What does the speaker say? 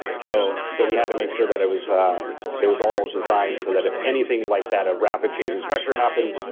so so, we had to make sure that it was um it was all designed so that if anything like that, a rapid change in pressure happened,